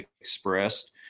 expressed